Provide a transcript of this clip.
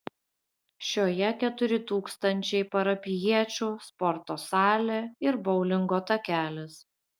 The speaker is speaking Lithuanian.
šioje keturi tūkstančiai parapijiečių sporto salė ir boulingo takelis